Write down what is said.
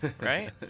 right